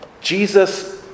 Jesus